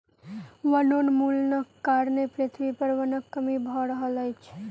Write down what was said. वनोन्मूलनक कारणें पृथ्वी पर वनक कमी भअ रहल अछि